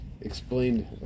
Explained